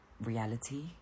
reality